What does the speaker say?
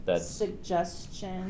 Suggestion